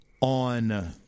on